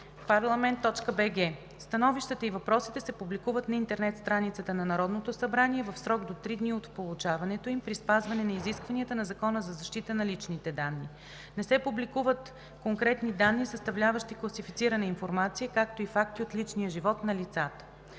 Становищата и въпросите се публикуват на интернет страницата на Народното събрание в срок до три дни от получаването им при спазване изискванията на Закона за защита на личните данни. Не се публикуват конкретни данни, съставляващи класифицирана информация, както и факти от личния живот на лицата.